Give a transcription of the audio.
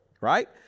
right